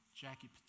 Jackie